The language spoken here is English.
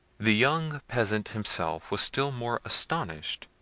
the young peasant himself was still more astonished,